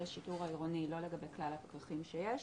לגבי כלל הפקחים שיש.